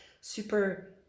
super